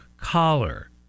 collar